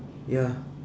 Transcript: ya